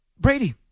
Brady